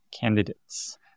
candidates